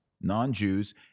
non-Jews